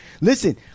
Listen